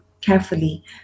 carefully